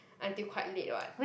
until quite late [what]